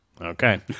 Okay